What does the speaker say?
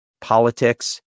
politics